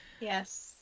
Yes